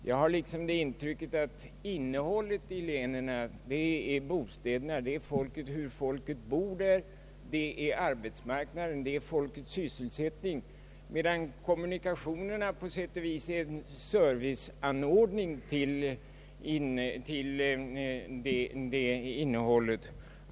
Jag har det intrycket att innehållet i länen är bostäderna, det är där som folket bor, och det är arbetsmarknaden, sysselsättningen, medan kommunikationerna på sätt och vis är en serviceanordning till det innehållet.